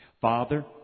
Father